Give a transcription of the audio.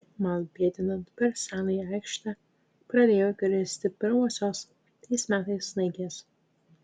man pėdinant per senąją aikštę pradėjo kristi pirmosios tais metais snaigės